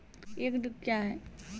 एकड कया हैं?